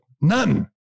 None